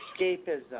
escapism